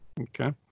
Okay